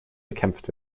gekämpft